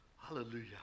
hallelujah